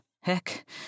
Heck